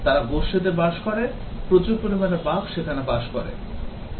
তারা গোষ্ঠীতে বাস করে প্রচুর বাগ সেখানে বাস করবে